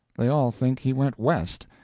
they all think he went west.